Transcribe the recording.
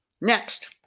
next